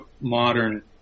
modern